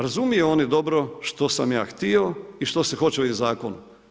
Razumiju oni dobro što sam ja htio i što se hoće ovim zakonom.